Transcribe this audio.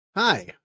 Hi